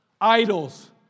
idols